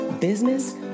business